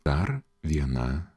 dar viena